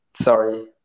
sorry